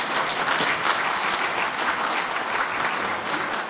(מחיאות כפיים)